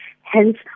Hence